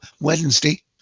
Wednesday